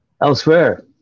Elsewhere